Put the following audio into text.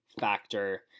factor